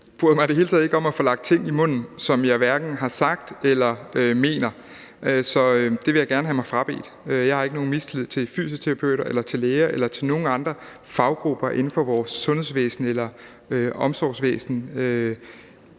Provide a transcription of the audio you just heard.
bryder mig i det hele taget ikke om at få lagt ord i munden, som jeg hverken har sagt eller mener, så det vil jeg gerne have mig frabedt. Jeg har ikke nogen mistillid til fysioterapeuter eller til læger eller til nogen andre faggrupper inden for vores sundhedsvæsen eller omsorgsvæsen.